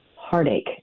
heartache